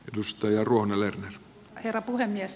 arvoisa herra puhemies